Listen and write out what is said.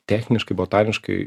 techniškai botaniškai